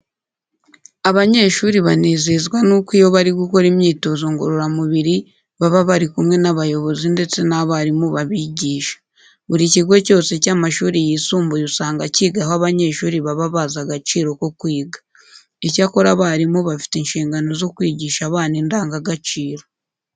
Abanyeshuri banezezwa nuko iyo bari gukora imyitozo ngororamubiri baba bari kumwe n'abayobozi ndetse n'abarimu babigisha. Buri kigo cyose cy'amashuri yisumbuye usanga kigaho abanyeshuri baba bazi agaciro ko kwiga. Icyakora abarimu bafite inshingano zo kwigisha abana indangagaciro.